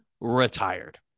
retired